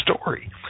story